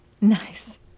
Nice